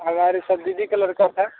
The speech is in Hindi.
हमारे साथ दीदी का लड़का था